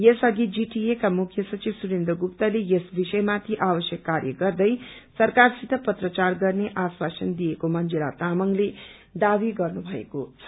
यस अघि जीटिएका मुख्य सचिव सुरेन्द्र गुप्ताले यस विषयमाथि आवश्यक कार्य गर्दै सरकारसित पत्राचार गर्ने आश्वासन दिएको मंजिला तामंगले दावा गर्नुभएको छ